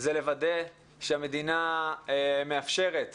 זה לוודא שהמדינה מאפשרת